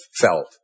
felt